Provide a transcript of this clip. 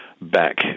back